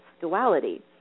duality